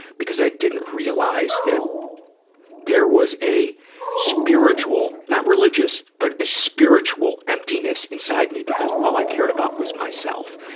because i didn't realize that there was a spiritual not religious, but a spiritual emptiness inside me, because all i cared about was myself.